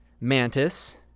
Mantis